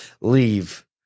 leave